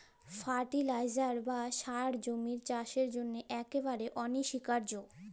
fertiliser বা সার জমির চাসের জন্হে একেবারে অনসীকার্য